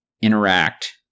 interact